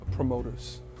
promoters